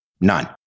None